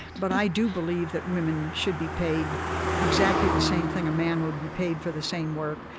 but i do believe that women should be paid exactly the same thing a man would be paid for the same work.